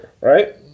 Right